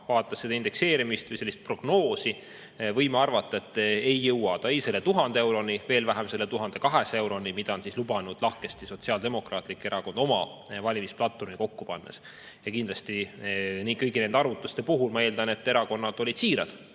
vaadates indekseerimist või prognoosi, võime arvata, et ta ei jõua ei selle 1000 euroni, veel vähem selle 1200 euroni, mida lubas lahkesti Sotsiaaldemokraatlik Erakond oma valimisplatvormi kokku pannes. Kindlasti ma kõigi nende arvutuste puhul eeldan, et erakonnad olid siirad